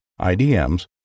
IDMs